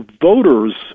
voters